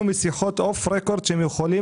מהשיחות אוף זה רקורד הבנו שהם יכולים